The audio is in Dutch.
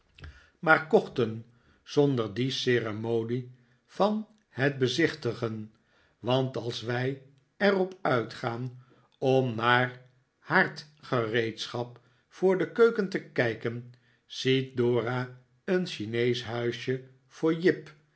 kochten zonder die ceremonie van het bezichtigen want als wij er op uitgaan om naar haardgereedschap voor de keuken te kijken ziet dora een chineesch huisje voor jip